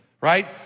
right